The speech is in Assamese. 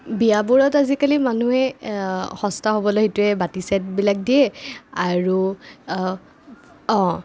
বিয়াবোৰত আজিকালি মানুহে সস্তা হ'বলৈ সেইটোৱে বাতি চেটবিলাক দিয়ে আৰু অঁ